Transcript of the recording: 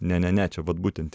ne ne ne čia vat būtent